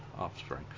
Offspring